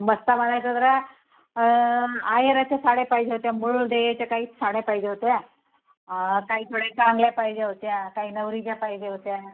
बस्ता बांधायचा जरा अहेराच्या साड्या पाहिजे होत्या मूळ द्यायच्या काही साड्या पाहिजे होत्या काही थोड्या चांगल्या पाहिजे होत्या काही नवरीच्या पाहिजे होत्या